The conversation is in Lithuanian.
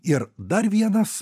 ir dar vienas